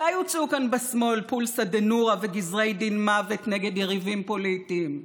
מתי הוצאו כאן בשמאל פולסא דנורא וגזרי דין מוות נגד יריבים פוליטיים?